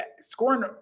scoring